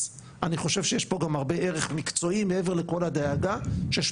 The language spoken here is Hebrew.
אז אני חושב שיש פה גם הרבה ערך מקצועי מעבר לכל הדאגה שיש